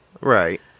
Right